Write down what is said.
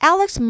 Alex